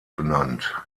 benannt